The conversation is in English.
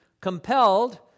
compelled